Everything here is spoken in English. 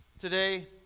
today